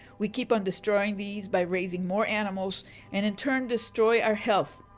we keep on destroying these by raising more animals and in turn destroy our health,